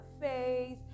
face